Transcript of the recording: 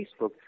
Facebook